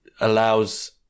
allows